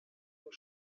und